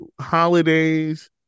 holidays